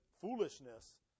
foolishness